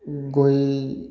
गयनि